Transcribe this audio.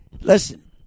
Listen